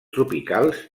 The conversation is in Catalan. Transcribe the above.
tropicals